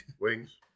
Wings